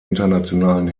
internationalen